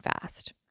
fast